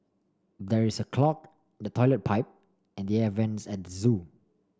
there is a clog the toilet pipe and the air vents at the zoo